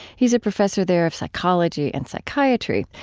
he's a professor there of psychology and psychiatry,